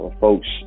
folks